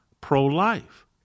pro-life